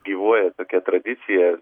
gyvuoja tokia tradicija